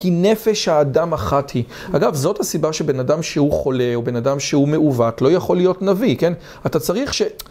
כי נפש האדם אחת היא, אגב זאת הסיבה שבן אדם שהוא חולה או בן אדם שהוא מעוות לא יכול להיות נביא, כן, אתה צריך ש...